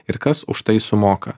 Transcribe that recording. ir kas už tai sumoka